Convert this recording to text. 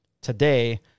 today